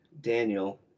Daniel